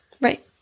Right